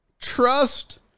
trust